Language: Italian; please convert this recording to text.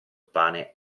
pane